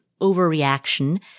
overreaction